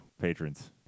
patrons